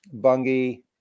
Bungie